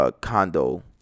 condo